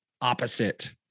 opposite